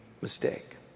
mistake